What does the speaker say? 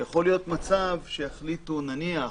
יכול להיות מצב שיחליטו, נניח,